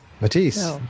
Matisse